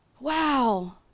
Wow